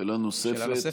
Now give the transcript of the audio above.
שאלה נוספת?